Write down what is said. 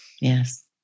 Yes